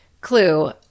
clue